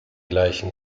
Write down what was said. gleichen